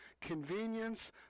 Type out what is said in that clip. convenience